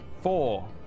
four